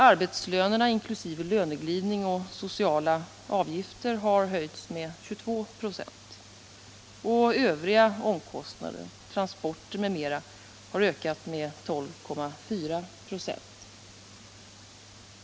Arbetslönerna inklusive löneglidning och sociala avgifter har höjts med 22 26. Och övriga omkostnader — transporter m.m. — har ökat med 12,4 96.